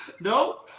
No